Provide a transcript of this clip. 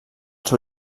seu